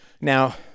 Now